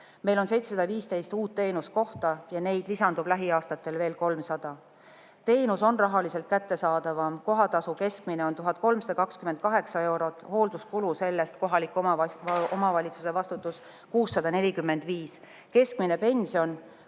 Meil on 715 uut teenuskohta ja neid lisandub lähiaastatel veel 300. Teenus on rahaliselt kättesaadavam, kohatasu keskmine on 1328 eurot, hoolduskulu sellest, kohaliku omavalitsuse vastutus 645 eurot. Keskmine pension